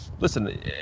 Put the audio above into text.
Listen